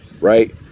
right